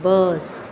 bus